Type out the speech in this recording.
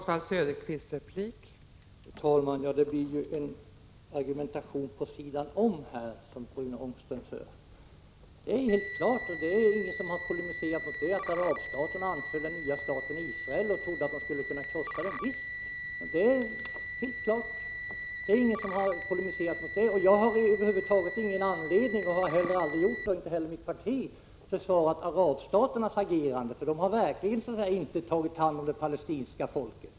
Fru talman! Här för ju Rune Ångström en argumentation vid sidan av ämnet. Ingen har förnekat att arabstaterna anföll den nya staten Israel och trodde att de skulle kunna krossa den. Jag har över huvud taget ingen anledning — jag har aldrig gjort det och inte heller mitt parti — att försvara arabstaternas agerande, för arabstaterna har verkligen inte tagit hand om det palestinska folket.